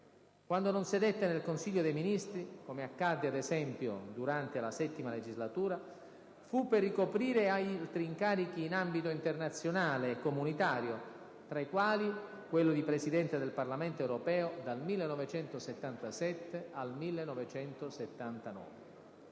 Quando non sedette nel Consiglio dei ministri, come accadde ad esempio durante la VII legislatura, fu per ricoprire alti incarichi in ambito internazionale e comunitario, tra i quali quello di Presidente del Parlamento europeo dal 1977 al 1979.